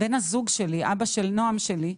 בן הזוג שלי, אבא של נועם שלי,